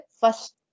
first